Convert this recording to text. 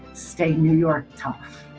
stay new york tough.